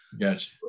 Gotcha